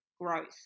growth